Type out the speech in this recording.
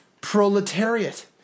proletariat